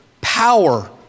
power